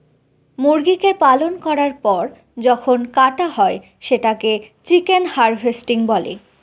মুরগিকে পালন করার পর যখন কাটা হয় সেটাকে চিকেন হার্ভেস্টিং বলে